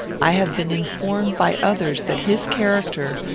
i have been informed by others that his character,